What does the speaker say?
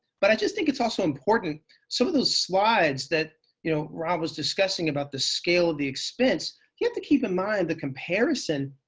but i just think it's also important some of those slides that you know rob was discussing about the scale of the expense, you have to keep in mind the comparison.